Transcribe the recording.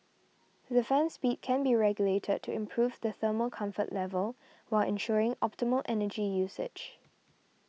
the fan speed can be regulated to improve the thermal comfort level while ensuring optimal energy usage